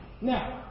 Now